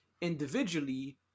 individually